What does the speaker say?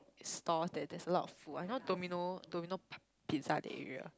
stores that there's a lot of food one you know Domino Domino p~ pizza that area